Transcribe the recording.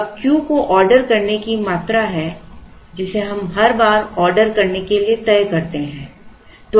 अब Q को order करने की मात्रा है जिसे हम हर बार ऑर्डर करने के लिए तय करते हैं